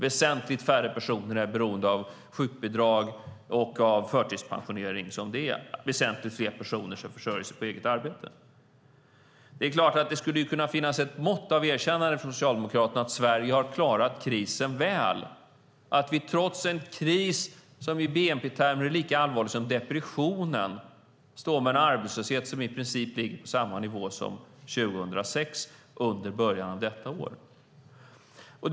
Väsentligt färre personer är beroende av sjukbidrag och förtidspensionering och väsentligt fler personer som försörjer sig på eget arbete. Det skulle ju kunna finnas ett mått av erkännande från Socialdemokraterna att Sverige har klarat krisen väl, att vi trots en kris som i bnp-termer är lika allvarlig som depressionen står med en arbetslöshet som i början av detta år ligger på i princip samma nivå som 2006.